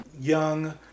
young